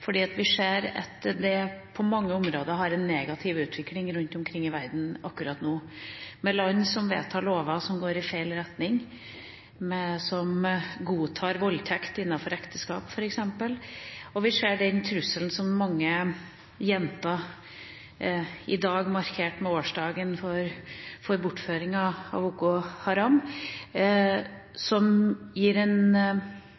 vi ser at de på mange måter har en negativ utvikling rundt omkring i verden akkurat nå – med land som vedtar lover som går i feil retning, som godtar voldtekt innenfor ekteskap f.eks. Vi ser den trusselen som mange jenter i dag opplever – ved årsdagen for Boko Harams bortføring av jenter, noe som gir